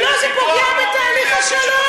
אם לא, זה פוגע בתהליך השלום.